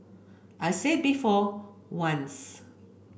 I said it before once